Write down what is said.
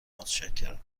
متشکرم